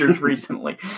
recently